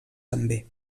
també